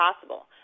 possible